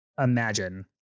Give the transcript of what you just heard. imagine